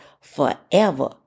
forever